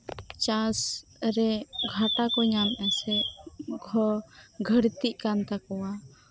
ᱪᱟᱥ ᱨᱮ ᱜᱷᱟᱴᱟ ᱠᱚ ᱧᱟᱢᱼᱟ ᱥᱮ ᱜᱷᱟᱹᱲᱛᱤᱜ ᱠᱟᱱ ᱛᱟᱠᱚᱣᱟ